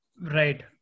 Right